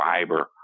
fiber